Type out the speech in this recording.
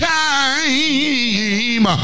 time